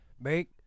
Make